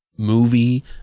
movie